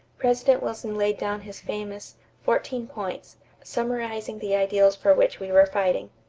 president wilson laid down his famous fourteen points summarizing the ideals for which we were fighting.